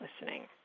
listening